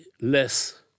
less